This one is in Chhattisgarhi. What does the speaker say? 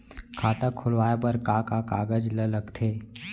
खाता खोलवाये बर का का कागज ल लगथे?